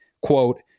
quote